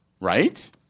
Right